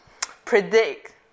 predict